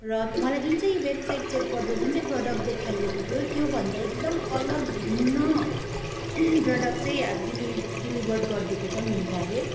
र मलाई जुन चाहिँ वेबसाइट चेक गर्दा जुन चाहिँ प्रडक्ट देखाइएको थियो त्योभन्दा एकदम अलग भिन्न प्रडक्ट चाहिँ डेलिभर्ड गरिदिएको छ मिन्त्राले